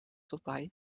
vorbei